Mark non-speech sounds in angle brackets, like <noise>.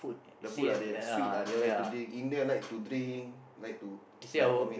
the food ah they like sweet ah they all like to drink Indian like to drink like to <noise> like for me